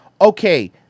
Okay